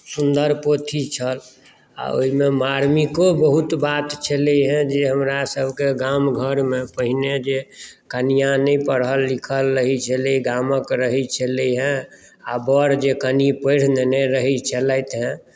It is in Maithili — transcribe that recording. सुन्दर पोथी छल आओर ओहिमे मार्मिको बहुत बात छलै हेँ जे हमरासभके गाम घरमे पहिने जे कनिआँ जे नहि पढ़ल लिखल रहैत छलै गामक रहैत छलै हेँ आओर वर जे कनि पढ़ि लेने रहैत छलथि हेँ